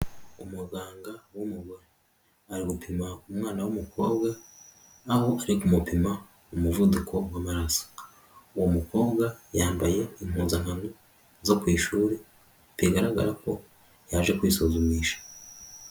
Umuganga w'umugore, ari gupima umwana w'umukobwa, aho ari kumupima umuvuduko w'amaraso. Uwo mukobwa yambaye impuzankano zo ku ishuri, bigaragara ko yaje kwisuzumisha.